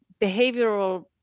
behavioral